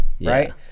right